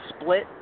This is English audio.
split –